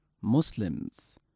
Muslims